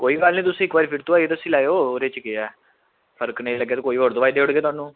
कोई गल्ल निं तुस इक बारी फिर आइयै दस्सी लैयो ओह्दे च केह् गल्ल ऐ फर्क नेईं लग्गेआ ते कोई होर दोआई देई ओड़गे थाह्नूं